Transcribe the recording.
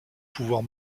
pouvoirs